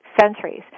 centuries